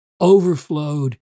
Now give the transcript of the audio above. overflowed